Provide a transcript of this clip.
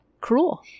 cruel